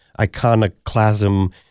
iconoclasm